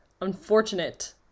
unfortunate